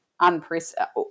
unprecedented